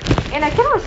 and I cannot